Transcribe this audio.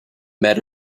met